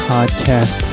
Podcast